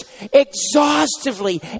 exhaustively